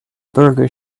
burger